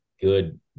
good